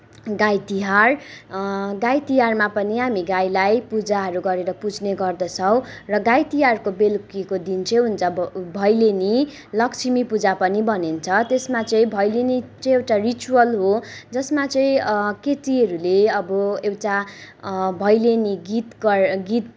गाई तिहार गाई तिहारमा पनि हामी गाईलाई पूजाहरू गरेर पुज्ने गर्दछौँ र गाई तिहारको बेलुकीको दिन चाहिँ हुन्छ भैलेनी लक्ष्मीपूजा पनि भनिन्छ त्यसमा चाहिँ भैलेनी चाहिँ एउटा रिचुअल हो जसमा चाहिँ केटीहरूले अब एउटा भैलेनी गीत गर्ने गीत